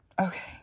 Okay